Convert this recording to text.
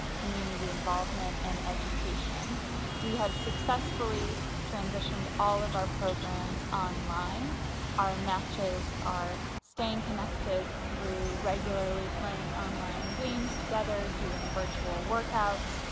community involvement, and education we have successfully transitioned all of our programs online our matches are staying connected through regularly playing online games together doing virtual workouts,